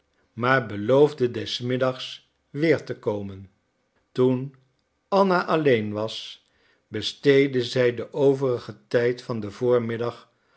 maar beloofde des middags weer te komen toen anna alleen was besteedde zij den overigen tijd van den voormiddag